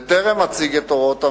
בטרם אציג את הוראות המעבר,